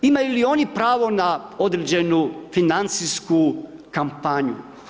Imaju li oni pravo na određenu financijsku kampanju?